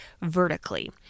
vertically